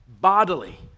bodily